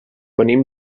venim